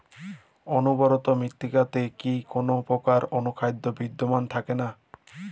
অনুর্বর মৃত্তিকাতে কি কোনো প্রকার অনুখাদ্য বিদ্যমান থাকে না?